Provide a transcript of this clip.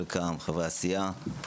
חברי הסיעה,